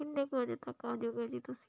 ਕਿੰਨੇ ਕੁ ਵਜੇ ਤੱਕ ਆਜੋਂਗੇ ਜੀ ਤੁਸੀਂ